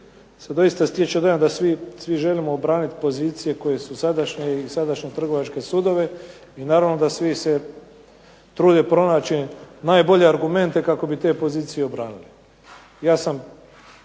doista stječe dojam da svi želimo obraniti pozicije koje su sadašnje i sadašnje trgovačke sudove i naravno da svi se trude pronaći najbolje argumente kako bi te pozicije obranili.